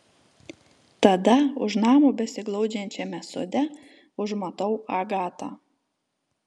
tada už namo besiglaudžiančiame sode užmatau agatą